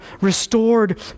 restored